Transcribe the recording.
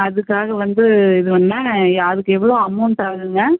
அதுக்காக வந்து என்னான அதுக்கு எவ்வளோ அமௌன்ட் ஆகுங்க